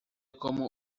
como